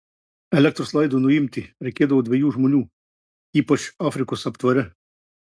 elektros laidui nuimti reikėdavo dviejų žmonių ypač afrikos aptvare